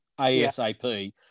ASAP